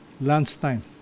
lunchtime